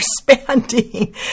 spending